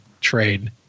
trade